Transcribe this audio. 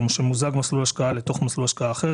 או שמוזג מסלול השקעה לתוך מסלול השקעה אחר,